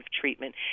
treatment